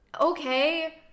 Okay